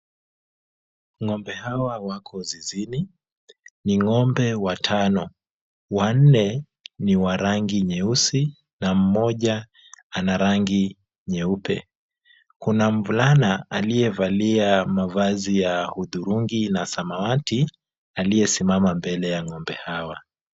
Ng'ombe hawa wako zizini, ni ng'ombe watano. Wanne ni wa rangi nyeusi na mmoja ana rangi nyeupe. Kuna mvulana aliyevalia mavazi ya hudhurungi na samawati, aliyesimama mbele ya ng'ombe hawa.